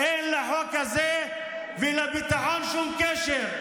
אין לחוק הזה ולביטחון שום קשר.